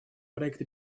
проект